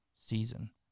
season